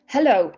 Hello